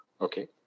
Okay